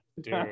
dude